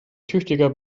tüchtiger